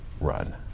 run